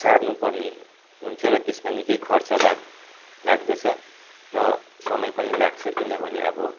सार्नु पर्ने हुन्छ र त्यसमा निकै खर्च लाग् लाग्दछ र समय पनि लाग्छ किनभने अब